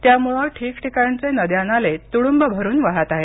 त्यामुळे ठिकठिकाणचे नद्या नाले तुडूंब भरून वाहत आहेत